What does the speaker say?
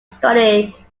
study